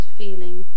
feeling